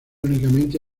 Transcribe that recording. únicamente